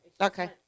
Okay